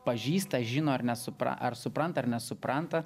pažįsta žino ar nesupra ar supranta ar nesupranta